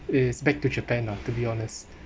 is back to japan lah to be honest